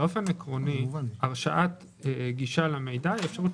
באופן עקרוני, הרשאת גישה למידע היא אפשרות